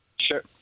Sure